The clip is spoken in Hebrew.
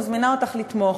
מזמינה אותך לתמוך.